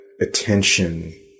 attention